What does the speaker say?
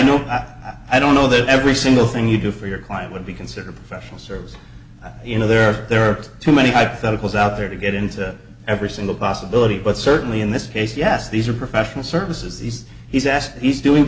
know i don't know that every single thing you do for your client would be considered professional service you know there are there are too many hypotheticals out there to get into every single possibility but certainly in this case yes these are professional services he's he's asked he's doing